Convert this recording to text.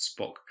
spock